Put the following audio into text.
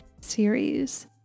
series